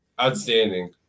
outstanding